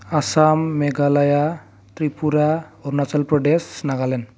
Assam Meghalaya Tripura Arunachal Pradesh Nagaland